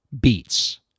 beats